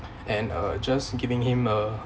and uh just giving him a